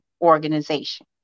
organization